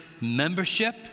membership